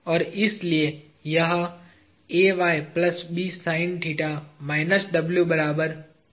और इसलिए यह होगा